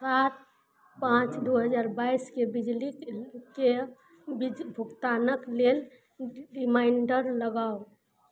सात पाँच दुइ हजार बाइसके बिजलीके भुगतानके लेल रिमाइण्डर लगाउ